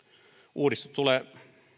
uudistus tulee